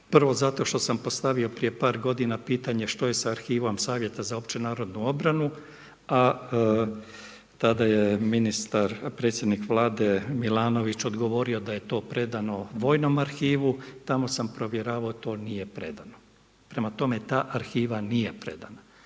Prvo, zato što sam postavio prije par godina pitanje što je sa arhivom Savjeta za općenarodnu obranu, a tada je predsjednik vlade Milanović odgovorio da je to predano vojnom arhivu. Tamo sam provjeravao, to nije predano. Prema tome ta arhiva nije predana.